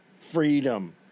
freedom